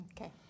Okay